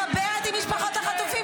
--- אני מדברת עם משפחות החטופים,